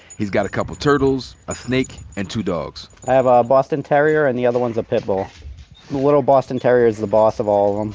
he's got a couple turtles, a snake, and two dogs. i have a um boston terrier, and the other one's a pit bull. the little boston terrier's the boss of all and